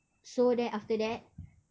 so then after that